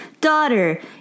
Daughter